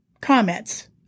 comments